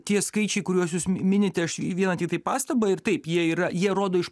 tie skaičiai kuriuos jūs mi minite aš vieną tiktai pastabą ir taip jie yra jie rodo iš